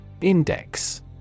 Index